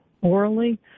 orally